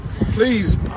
Please